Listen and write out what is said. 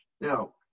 Now